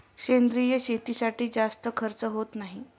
सेंद्रिय शेतीसाठी जास्त खर्च होत नाही